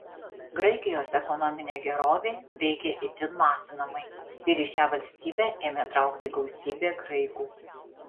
graikijos ekonominė gerovė veikė itin masinamai ir į šią valstybę ėmė traukti gausybė graikų